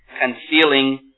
concealing